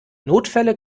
notfälle